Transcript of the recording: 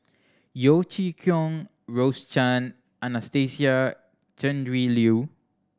Yeo Chee Kiong Rose Chan Anastasia Tjendri Liew